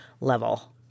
level